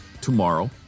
tomorrow